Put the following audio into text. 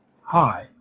Hi